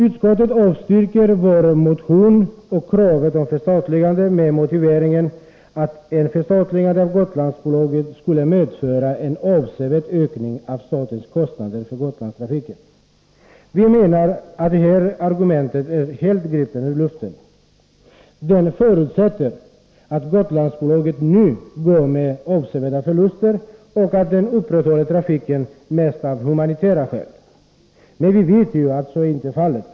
Utskottet avstyrker vår motion och kravet på ett förstatligande med motiveringen att ett förstatligande av Gotlandsbolaget skulle medföra en avsevärd ökning av statens kostnader för Gotlandstrafiken. Vi anser att detta argument är helt gripet ur luften. Det förutsätter att Gotlandsbolaget nu går med avsevärda förluster och att det upprätthåller trafiken mest av humanitära skäl. Men vi vet ju att så inte är fallet.